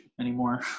anymore